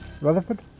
Rutherford